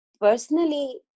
personally